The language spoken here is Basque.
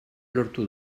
lortu